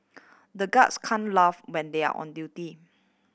the guards can't laugh when they are on duty